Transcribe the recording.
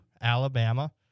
Alabama